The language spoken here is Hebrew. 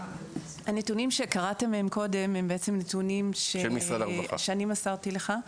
הנתונים שקראתם מהם קודם הם בעצם נתונים שאני מסרתי לך,